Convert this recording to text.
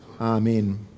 Amen